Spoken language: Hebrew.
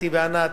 אתי וענת,